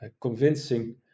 convincing